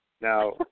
Now